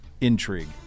Intrigue